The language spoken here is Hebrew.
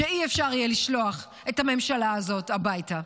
שאי-אפשר יהיה לשלוח את הממשלה הזאת הביתה.